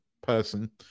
person